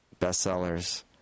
bestsellers